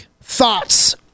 thoughts